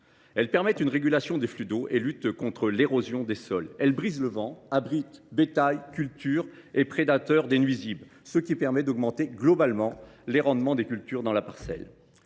Elles facilitent la régulation des flux d’eau et participent à la lutte contre l’érosion des sols. Elles brisent le vent et abritent bétail, cultures et prédateurs des nuisibles, ce qui permet d’augmenter globalement les rendements des cultures dans les parcelles.